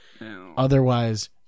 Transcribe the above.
Otherwise